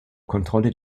kontrolle